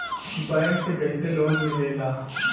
Bank से कइसे loan मिलेला?